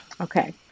Okay